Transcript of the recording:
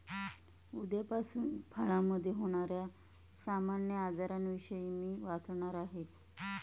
उद्यापासून फळामधे होण्याऱ्या सामान्य आजारांविषयी मी वाचणार आहे